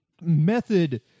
method